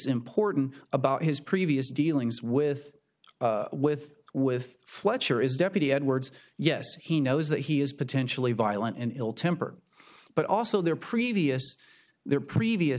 important about his previous dealings with with with fletcher is deputy edwards yes he knows that he is potentially violent and ill tempered but also their previous their previous